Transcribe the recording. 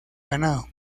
ganado